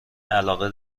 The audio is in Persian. علاقه